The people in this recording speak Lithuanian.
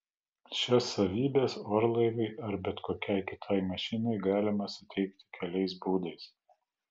šias savybes orlaiviui ar bet kokiai kitai mašinai galima suteikti keliais būdais